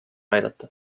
näidata